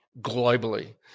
globally